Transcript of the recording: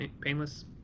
painless